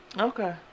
Okay